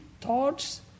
thoughts